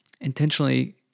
intentionally